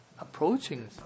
approaching